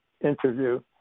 interview